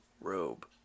robe